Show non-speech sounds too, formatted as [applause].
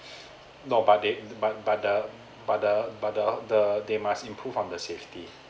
[breath] no but they but but the but the but the the they must improve on the safety